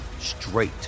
straight